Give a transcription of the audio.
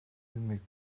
юмыг